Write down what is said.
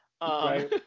Right